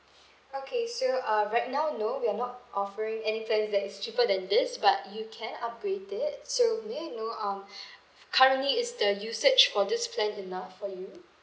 okay so uh right now no we're not offering any plans that is cheaper than this but you can upgrade it so may I know um currently is the usage for this plan enough for you